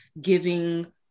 giving